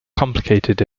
complicated